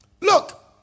Look